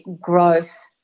growth